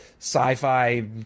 sci-fi